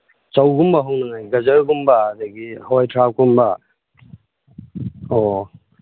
ꯆꯧꯒꯨꯝꯕ ꯍꯧꯅꯉꯥꯏ ꯖꯒꯔꯒꯨꯝꯕ ꯑꯗꯒꯤ ꯍꯋꯥꯏ ꯊ꯭ꯔꯥꯛꯀꯨꯝꯕ ꯑꯣ ꯑꯣ